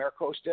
Maricosta